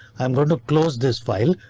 i'm going to close this file.